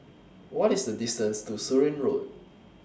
What IS The distance to Surin Road